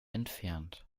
entfernt